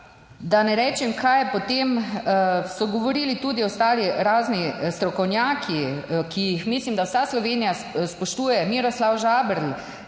da ne rečem, kaj je potem, so govorili tudi ostali razni strokovnjaki, ki jih, mislim, da vsa Slovenija spoštuje. Miroslav Žaberl,